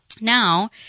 now